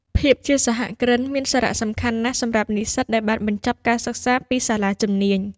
ភាពជាសហគ្រិន មានសារៈសំខាន់ណាស់សម្រាប់និស្សិតដែលបានបញ្ចប់ការសិក្សាពីសាលាជំនាញ។